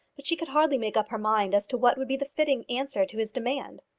but she could hardly make up her mind as to what would be the fitting answer to his demand.